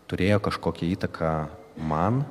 turėjo kažkokią įtaką man